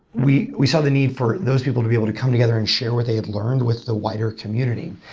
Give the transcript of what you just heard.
we we saw the need for those people to be able to come together and share what they had learned with the wider community.